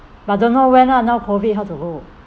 but don't know when lah now COVID how to go